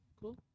Cool